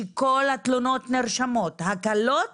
שכל התלונות הקלות